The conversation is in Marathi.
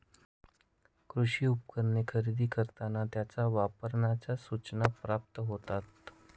कृषी उपकरणे खरेदी करताना त्यांच्या वापराच्या सूचना प्राप्त होतात